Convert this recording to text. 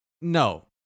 No